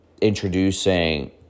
introducing